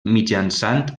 mitjançant